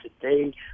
today